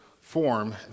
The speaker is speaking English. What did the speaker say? form